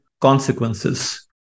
consequences